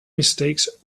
mistakes